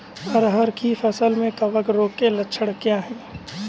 अरहर की फसल में कवक रोग के लक्षण क्या है?